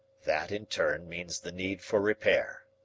that in turn means the need for repair.